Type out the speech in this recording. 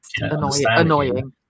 annoying